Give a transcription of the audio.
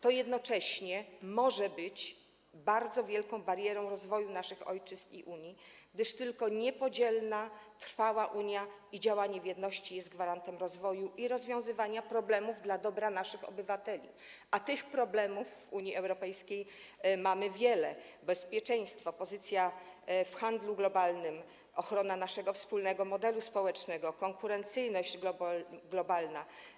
To jednocześnie może być bardzo wielką barierą rozwoju naszych ojczyzn i samej Unii, gdyż tylko niepodzielna, trwała Unia i działanie w jedności jest gwarantem rozwoju i rozwiązywania problemów dla dobra naszych obywateli, a tych problemów w Unii Europejskiej mamy wiele: bezpieczeństwo, pozycja w handlu globalnym, ochrona naszego wspólnego modelu społecznego, konkurencyjność globalna.